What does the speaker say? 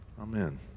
Amen